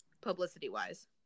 Publicity-wise